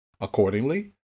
Accordingly